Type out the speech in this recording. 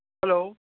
hello